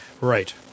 Right